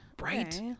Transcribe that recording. Right